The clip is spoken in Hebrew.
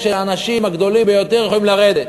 שהאנשים הגדולים ביותר יכולים לרדת.